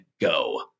go